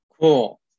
Cool